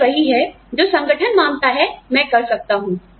यह वही है जो संगठन मानता है मैं कर सकता हूं